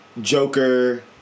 Joker